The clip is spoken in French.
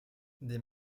des